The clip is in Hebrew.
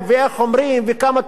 הנה השופט בא,